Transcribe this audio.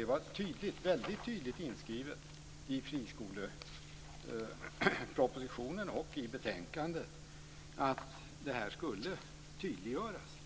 Det var väldigt tydligt inskrivet i friskolepropositionen och i betänkandet, att det här skulle tydliggöras.